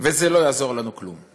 ולא יעזור לנו כלום.